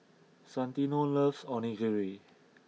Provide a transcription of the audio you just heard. Santino loves Onigiri